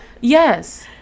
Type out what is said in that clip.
Yes